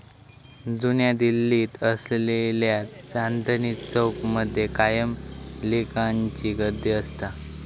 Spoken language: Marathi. जुन्या दिल्लीत असलेल्या चांदनी चौक मध्ये कायम लिकांची गर्दी असता